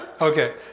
okay